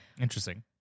interesting